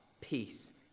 peace